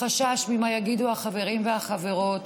החשש ממה יגידו החברים והחברות,